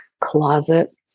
closet